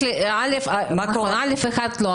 ב-א'1 לא,